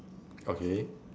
okay